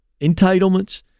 entitlements